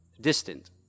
distant